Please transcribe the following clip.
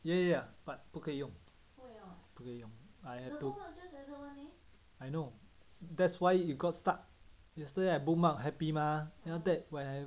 ya ya ya but 不可以用不可以用 I I know that's why it got stuck yesterday I bookmark happy mah then after that when I